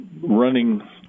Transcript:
running